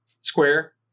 square